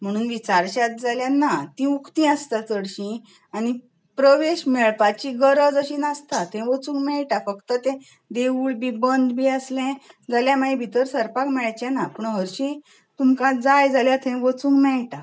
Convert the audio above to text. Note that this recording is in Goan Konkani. म्हणून विचारश्यात जाल्यार ना ती उक्तीं आसता चडशीं आनी प्रवेश मेळपाची गरज अशीं नासतात थंय वचूंक मेळटात फक्त तें देवूळ बी बंद बी आसलें जाल्यार मागीर भितर सरपाक मेळचेना पूण हरशीं तुमकां जाय जाल्यार थंय वचूंक मेळटा